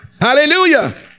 hallelujah